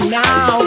now